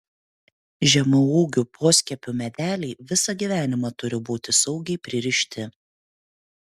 žemaūgių poskiepių medeliai visą gyvenimą turi būti saugiai pririšti